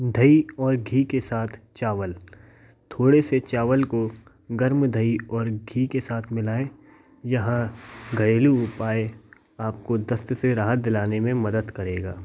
दही और घी के साथ चावल थोड़े से चावल को गर्म दही और घी के साथ मिलाएं यहाँ घरेलू उपाय आपको दस्त से राहत दिलाने मे मदद करेगा